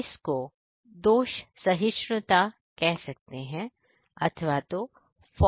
तो यह दोष सहिष्णुता है